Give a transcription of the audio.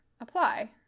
apply